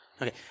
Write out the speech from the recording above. Okay